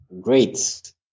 Great